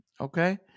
okay